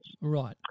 Right